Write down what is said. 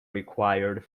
required